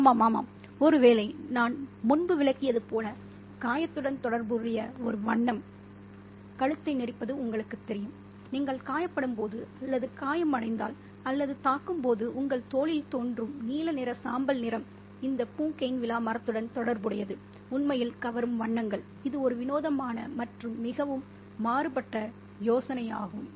ஆமாம் ஆமாம் ஒருவேளை நான் முன்பு விளக்கியது போல காயத்துடன் தொடர்புடைய ஒரு வண்ணம் கழுத்தை நெரிப்பது உங்களுக்குத் தெரியும் நீங்கள் காயப்படும்போது அல்லது காயமடைந்தால் அல்லது தாக்கும்போது உங்கள் தோலில் தோன்றும் நீலநிற சாம்பல் நிறம் இந்த பூகெய்ன்வில்லா மரத்துடன் தொடர்புடையது உண்மையில் கவரும் வண்ணங்கள் இது ஒரு வினோதமான மற்றும் மிகவும் மாறுபட்ட யோசனையாகும்